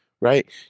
right